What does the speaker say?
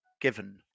given